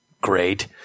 Great